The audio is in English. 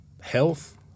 health